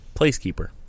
placekeeper